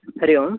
हरिः ओम्